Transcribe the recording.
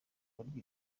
barya